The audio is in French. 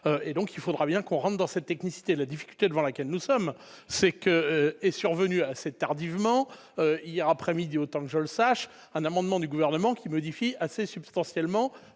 et donc il faudra bien qu'on rende dans cette technicité, la difficulté devant laquelle nous sommes, c'est que est survenue assez tardivement hier après-midi, autant que je le sache, un amendement du gouvernement qui modifié assez substantiellement